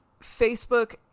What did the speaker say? Facebook